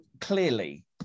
clearly